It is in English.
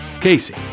Casey